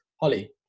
Holly